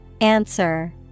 Answer